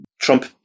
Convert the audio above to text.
Trump